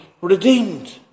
redeemed